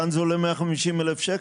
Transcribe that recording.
וכאן זה עולה 150,000 שקל.